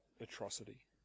atrocity